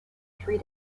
three